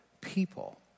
people